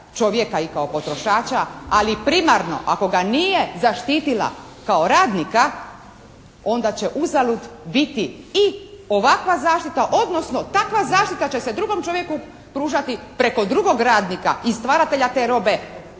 čovjeka i kao potrošača ali primarno ako ga nije zaštitila kao radnika, onda će uzalud biti i ovakva zaštita odnosno takva zaštita će se drugom čovjeku pružati preko drugog radnika i stvaratelja te robe